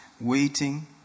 waiting